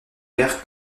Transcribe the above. guerre